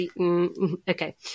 Okay